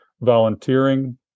volunteering